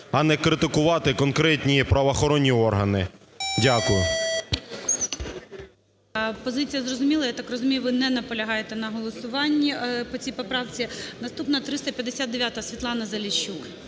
а не критикувати конкретні правоохоронні органи. Дякую. ГОЛОВУЮЧИЙ. Позиція зрозуміла. Я так розумію, ви не наполягаєте на голосуванні по цій поправці. Наступна 359-а. Світлана Заліщук.